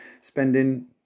spending